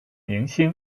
明星